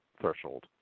threshold